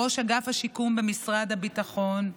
ראש אגף השיקום במשרד הביטחון,